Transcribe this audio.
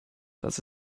dass